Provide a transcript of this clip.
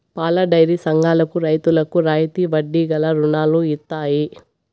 పాలడైరీ సంఘాలకు రైతులకు రాయితీ వడ్డీ గల రుణాలు ఇత్తయి